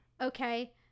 okay